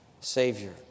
Savior